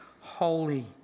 holy